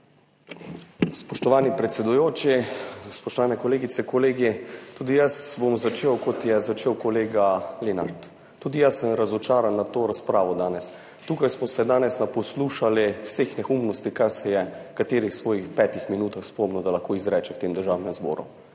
Spoštovani predsedujoči, spoštovane kolegice, kolegi! Tudi jaz bom začel, kot je začel kolega Lenart. Tudi jaz sem razočaran nad to razpravo danes. Tukaj smo se danes naposlušali vseh neumnosti kaj se je v katerih svojih petih minutah spomnil, da lahko izreče v tem Državnem zboru.